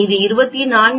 இந்த 24